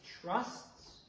trusts